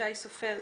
שי סופר.